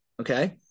okay